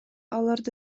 аларды